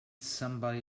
somebody